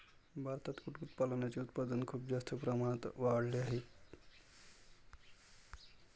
भारतात कुक्कुटपालनाचे उत्पादन खूप जास्त प्रमाणात वाढले आहे